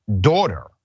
daughter